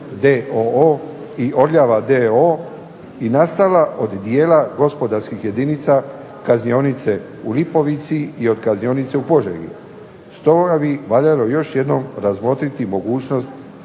i "Orljava" d.o.o. i nastala od dijela gospodarskih jedinica kaznionice u Lipovici i od kaznionice u Požegi, …/Ne razumije se./… bi valjalo još jednom razmotriti mogućnost